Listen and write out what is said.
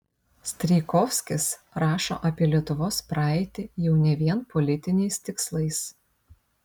strijkovskis rašo apie lietuvos praeitį jau ne vien politiniais tikslais